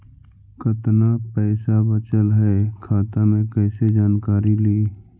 कतना पैसा बचल है खाता मे कैसे जानकारी ली?